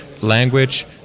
language